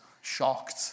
shocked